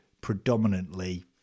predominantly